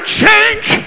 change